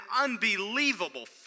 unbelievable